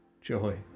joy